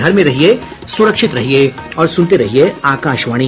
घर में रहिये सुरक्षित रहिये और सुनते रहिये आकाशवाणी